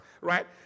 right